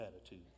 attitude